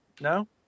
no